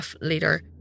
leader